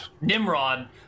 Nimrod